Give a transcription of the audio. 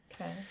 Okay